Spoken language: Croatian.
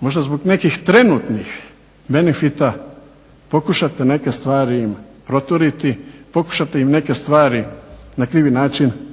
možda zbog nekih trenutnih benefita pokušate neke stvari im proturiti, pokušati im neke stvari na krivi način